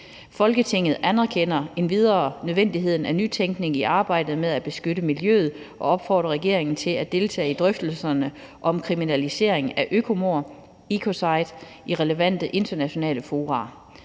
Folketinget anerkender endvidere nødvendigheden af nytænkning i arbejdet med at beskytte miljøet og opfordrer regeringen til at deltage i drøftelserne om kriminalisering af økomord (ecocide) i relevante, internationale fora.